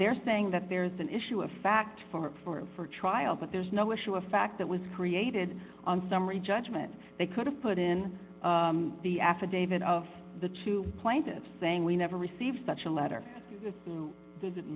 they're saying that there's an issue of fact for trial but there's no issue of fact that was created on summary judgment they could have put in the affidavit of the two plaintiffs saying we never received such a letter does it